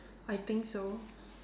I think so